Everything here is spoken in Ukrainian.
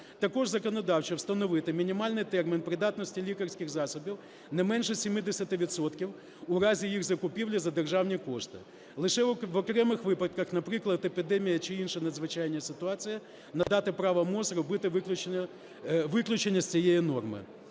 Також законодавчо встановити мінімальний термін придатності лікарських засобів не менше 70 відсотків у разі їх закупівлі за державні кошти. Лише в окремих випадках, наприклад, епідемія чи інша надзвичайна ситуація, надати право МОЗ робити виключення з цієї норми.